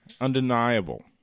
Undeniable